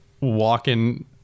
walking